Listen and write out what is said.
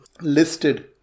listed